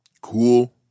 Cool